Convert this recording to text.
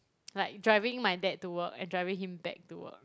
like driving my dad to work and driving him back to work